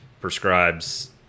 prescribes